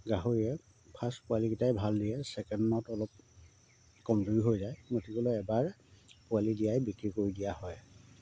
গাহৰিয়ে ফাৰ্ষ্ট পোৱালিকেইটাই ভাল দিয়ে ছেকেণ্ডত অলপ কমজুৰি হৈ যায় গতিকেলৈ এবাৰ পোৱালি দিয়াই বিক্ৰী কৰি দিয়া হয়